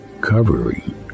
covering